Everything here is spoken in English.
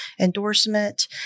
endorsement